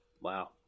Wow